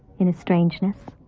in his strangeness.